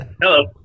hello